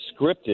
scripted